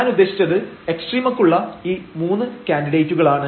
ഞാനുദ്ദേശിച്ചത് എക്സ്ട്രീമക്കുള്ള ഈ മൂന്ന് കാൻഡിഡേറ്റുകളാണ്